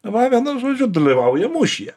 va vienu žodžiu dalyvauja mūšyje